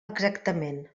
exactament